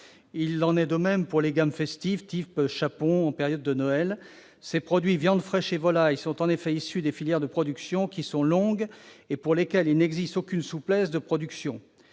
Il en est de même pour les gammes festives, telles que les chapons durant la période de Noël. Ces produits- les viandes fraîches de volailles -sont en effet issus de filières de production qui sont longues et pour lesquelles il n'existe aucune souplesse de production